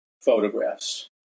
photographs